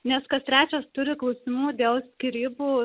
nes kas trečias turi klausimų dėl skyrybų